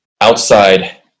outside